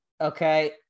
okay